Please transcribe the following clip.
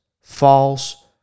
false